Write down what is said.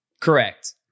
Correct